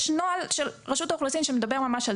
יש נוהל של רשות האוכלוסין שמדבר ממש על